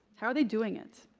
how are they doing it,